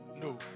No